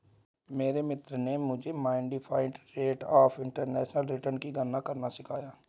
मेरे मित्र ने मुझे modified rate of internal return की गणना करना सिखाया